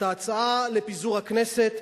את ההצעה לפיזור הכנסת,